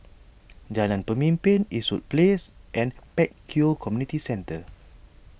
Jalan Pemimpin Eastwood Place and Pek Kio Community Centre